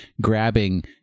grabbing